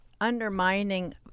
undermining